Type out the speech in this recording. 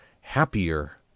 happier